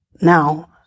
now